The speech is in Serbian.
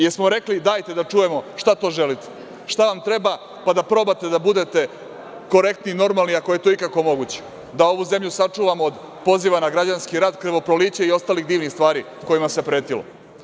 Jel smo rekli - dajte da čujemo šta to želite, šta vam treba pa da probate da budete korektni i normalni, ako je to ikako moguće, da ovu zemlju sačuvamo od poziva na građanski rat, krvoproliće i ostalih divnih stvari kojima se pretilo?